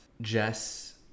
Jess